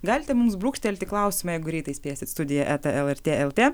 galite mums brūkštelti klausimą jeigu greitai spėsit studija eta elartė eltė